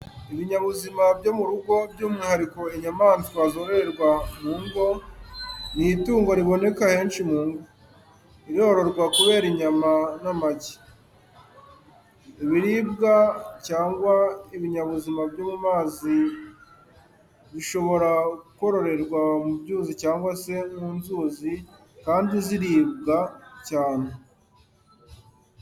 Ibinyabuzima byo mu rugo, by’umwihariko inyamaswa zororerwa mu ngo. Ni itungo riboneka henshi mu ngo. Irororwa kubera inyama n’amagi. ibiribwa cyangwa ibinyabuzima byo mu mazi zishobora kororerwa mu byuzi cyangwa se mu nzuzi, kandi ziribwa cyane.